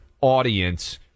audience